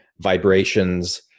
vibrations